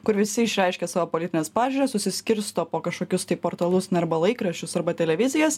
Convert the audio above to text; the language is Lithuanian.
kur visi išreiškia savo politines pažiūras susiskirsto po kažkokius tai portalus na arba laikraščius arba televizijas